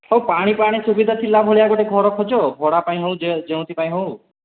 ହଉ ପାଣି ଫାଣି ସୁବିଧା ଥିଲା ଭଳିଆ ଗୋଟେ ଘର ଖୋଜ ଭଡ଼ା ପାଇଁ ହେଉ ଯେ ଯେଉଁଥିପାଇଁ ହେଉ